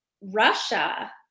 Russia